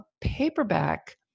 paperback